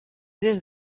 des